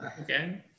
Okay